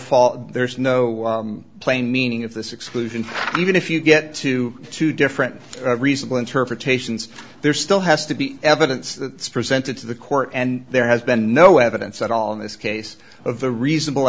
fault there's no plain meaning of this exclusion even if you get to two different reasonable interpretations there still has to be evidence presented to the court and there has been no evidence at all in this case of the reasonable